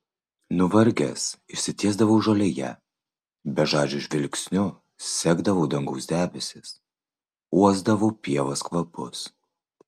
nuvargęs išsitiesdavau žolėje bežadžiu žvilgsniu sekdavau dangaus debesis uosdavau pievos kvapus